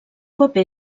paper